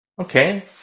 Okay